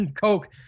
Coke